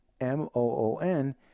M-O-O-N